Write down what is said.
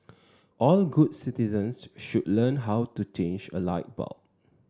all good citizens should learn how to change a light bulb